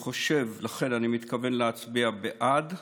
לכן אני מתכוון להצביע בעד.